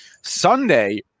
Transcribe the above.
Sunday